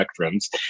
spectrums